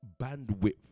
bandwidth